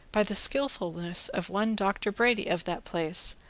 by the skilfulness of one doctor brady of that place,